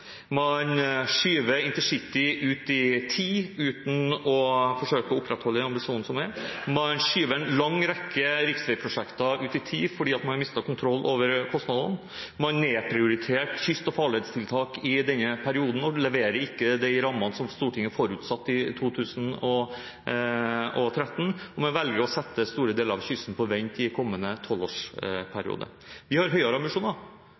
Man skyver intercity ut i tid uten å forsøke å opprettholde ambisjonene. Man skyver en lang rekke riksveiprosjekter ut i tid fordi man har mistet kontroll over kostnadene. Man nedprioriterer kyst- og farleitiltak i denne perioden og leverer ikke de rammene som Stortinget forutsatte i 2013. Man velger å sette store deler av kysten på vent i kommende tolvårsperiode. Vi har høyere ambisjoner.